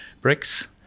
bricks